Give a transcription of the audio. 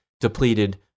depleted